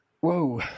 Whoa